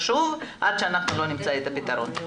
עד שנמצא את הפתרון.